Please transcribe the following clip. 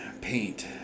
paint